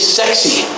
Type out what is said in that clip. sexy